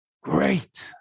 great